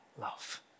love